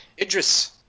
Idris